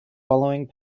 following